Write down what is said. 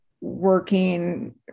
working